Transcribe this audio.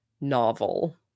novel